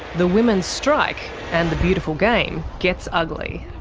the women's strike and the beautiful game gets ugly.